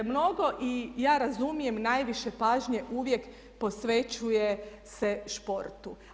Mnogo i ja razumijem najviše pažnje uvijek posvećuje se športu.